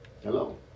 Hello